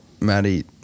Maddie